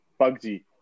Bugsy